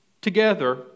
together